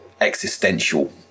existential